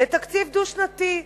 לתקציב דו-שנתי?